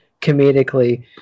comedically